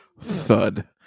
Thud